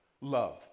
love